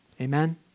Amen